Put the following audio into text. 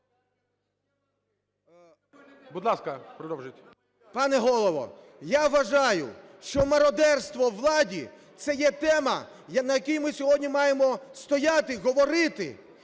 Пане Голово, я вважаю, що мародерство у владі – це є тема, на якій ми сьогодні маємо стояти, говорити